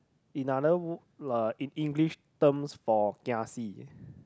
in other w~ uh in English terms for kiasi